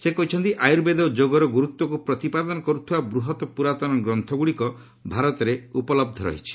ସେ କହିଛନ୍ତି ଆୟୁର୍ବେଦ ଓ ଯୋଗର ଗୁରୁତ୍ୱକୁ ପ୍ରତିପାଦନ କରୁଥିବା ବୃହତ୍ ପୁରାତନ ଗ୍ରନ୍ଥଗୁଡ଼ିକ ଭାରତରେ ଉପଲହ୍ଧ ରହିଛି